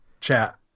chat